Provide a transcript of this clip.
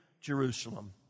Jerusalem